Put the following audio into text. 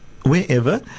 wherever